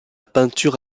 peinture